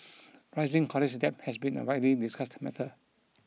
rising college debt has been a widely discussed matter